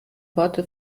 worte